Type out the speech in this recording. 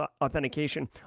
authentication